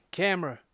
camera